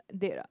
dead ah